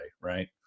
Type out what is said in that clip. Right